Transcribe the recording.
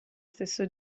stesso